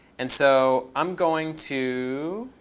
and so i'm going to,